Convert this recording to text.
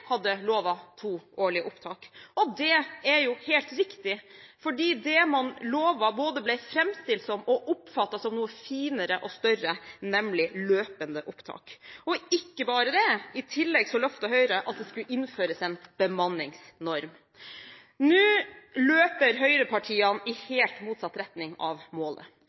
hadde lovet to årlige opptak. Det er jo helt riktig, for det man lovet ble både framstilt som og oppfattet som noe finere og større, nemlig løpende opptak. Og ikke bare det: I tillegg lovet Høyre at det skulle innføres en bemanningsnorm. Nå løper høyrepartiene i helt motsatt retning av målet.